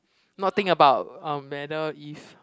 not think about um whether if